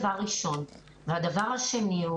דבר שני,